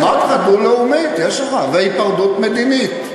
אמרתי לך: דו-לאומית והיפרדות מדינית.